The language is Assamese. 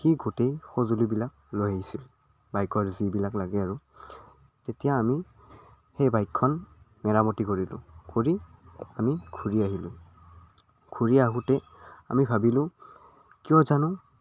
সি গোটেই সঁজুলিবিলাক লৈ আহিছিল বাইকৰ যিবিলাক লাগে আৰু তেতিয়া আমি সেই বাইকখন মেৰামতি কৰিলোঁ কৰি আমি ঘূৰি আহিলোঁ ঘূৰি আহোঁতে আমি ভাবিলোঁ কিয় জানো